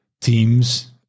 teams